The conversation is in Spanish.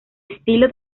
estilo